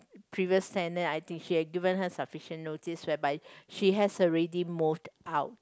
previous tenant I think she has given her sufficient notice whereby she has already moved out